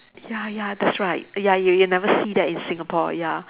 ya ya that's right ya you will never see that in Singapore ya